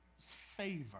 Favor